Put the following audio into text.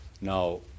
Now